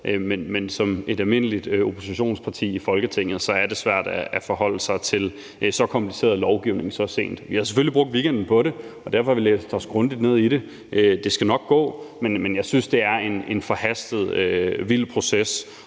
men som et almindeligt oppositionsparti i Folketinget er det svært at forholde sig til så kompliceret lovgivning så sent. Vi har selvfølgelig brugt weekenden på det, og derfor har vi læst os grundigt ned i det. Det skal nok gå, men jeg synes, det er en forhastet og vild proces